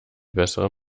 bessere